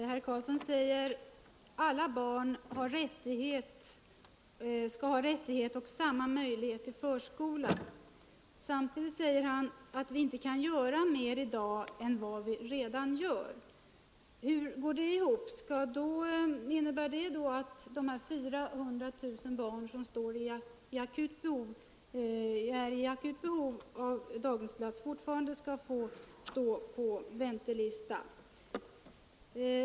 Nr 129 Herr talman! Herr Karlsson i Huskvarna säger att alla barn skall ha Onsdagen den samma rättighet och möjlighet till förskola. Samtidigt säger han att vi 27:november 1974 inte kan göra mer i dag än vad vi redan gör. Hur går det ihop? Innebär det att de 400 000 barn som har akut behov av daghemsplats fortfarande = Förskolan m.m. skall få stå på väntelista?